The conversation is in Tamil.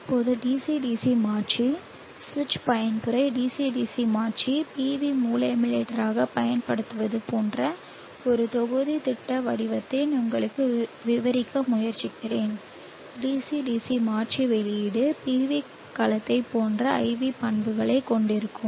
இப்போது DC DC மாற்றி சுவிட்ச் பயன்முறை DC DC மாற்றி PV மூல எமுலேட்டராகப் பயன்படுத்தப்படுவது போன்ற ஒரு தொகுதி திட்ட வடிவத்தில் உங்களுக்கு விவரிக்க முயற்சிப்பேன் DC DC மாற்றி வெளியீடு PV கலத்தைப் போன்ற IV பண்புகளைக் கொண்டிருக்கும்